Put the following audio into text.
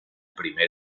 primer